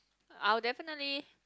I would definitely